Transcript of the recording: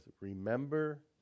remember